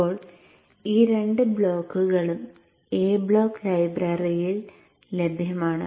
ഇപ്പോൾ ഈ രണ്ട് ബ്ലോക്കുകളും A ബ്ലോക്ക് ലൈബ്രറിയിൽ ലഭ്യമാണ്